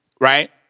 right